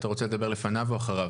אתה רוצה לדבר לפניו או אחריו.